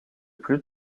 plus